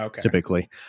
typically